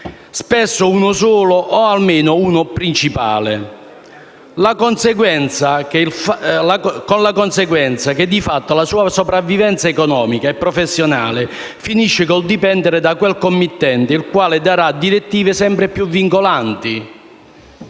(spesso uno solo o uno principale), con la conseguenza che, di fatto, la sua sopravvivenza economica e professionale finirà con il dipendere dai suoi pochi committenti, che daranno direttive sempre più vincolanti.